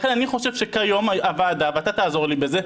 אני חושב שכיום הוועדה - ואתה תעזור לי בזה,